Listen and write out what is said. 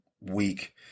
week